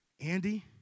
Andy